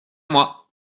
moi